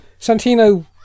Santino